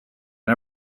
and